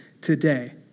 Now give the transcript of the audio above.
today